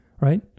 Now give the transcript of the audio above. right